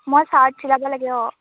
মই চাৰ্ট চিলাব লাগে অঁ